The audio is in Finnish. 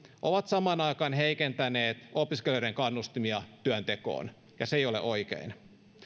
ovat heikentäneet opiskelijoiden kannustimia työntekoon ja se ei ole oikein